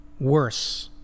worse